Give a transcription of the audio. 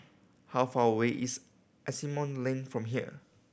how far away is Asimont Lane from here